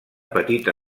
petita